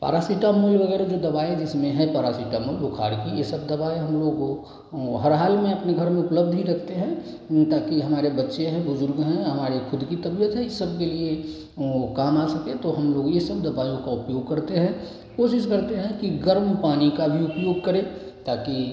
paracetamol वगैरह जो दवाई जिसमें है परासिटामॉल बुखार की ये सब दवाएँ हम लोग वो हर हाल में अपने घर में उपलब्ध ही रखते हैं ताकि हमारे बच्चे हैं बुज़ुर्ग हैं हमारे खुद की तबियत है इस सब के लिए काम आ सके तो हम लोग ये सब दवाइयों का उपयोग करते हैं कोशिश करते हैं कि गर्म पानी का भी उपयोग करें ताकि